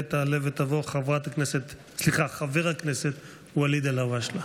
כעת יעלה ויבוא חבר הכנסת ואליד אלהואשלה.